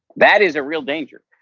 that is a real danger,